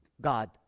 God